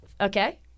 Okay